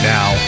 Now